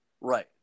Right